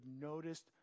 noticed